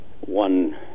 one